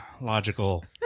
logical